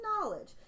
knowledge